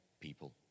people